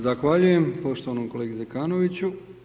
Zahvaljujem poštovanom kolegi Zekanoviću.